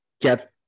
get